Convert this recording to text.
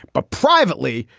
but privately,